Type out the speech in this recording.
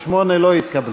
בסעיף 08 לא התקבלו.